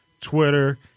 twitter